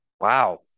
Wow